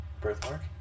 Birthmark